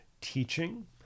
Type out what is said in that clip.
teaching